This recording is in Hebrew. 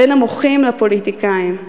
בין המוחים לפוליטיקאים,